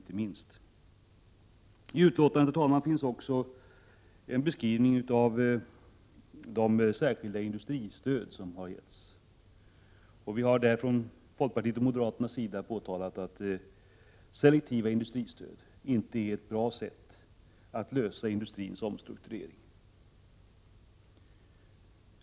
I betänkandet finns också en beskrivning av det särskilda industristöd som har utgått. Folkpartister och moderater har påtalat att selektivt industristöd inte är ett bra sätt att lösa industrins omstrukturering.